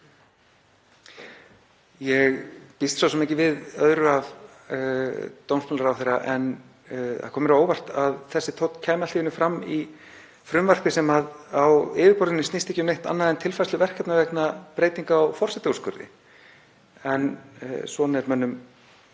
Ég býst svo sem ekki við öðru af dómsmálaráðherra en það kom mér á óvart að þessi tónn kæmi allt í einu fram í frumvarpi sem á yfirborðinu snýst ekki um neitt annað en tilfærslu verkefna vegna breytinga á forsetaúrskurði. En svona er mönnum